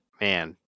man